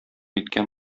иткән